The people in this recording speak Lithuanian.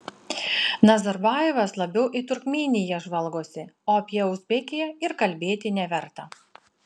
nazarbajevas labiau į turkmėniją žvalgosi o apie uzbekiją ir kalbėti neverta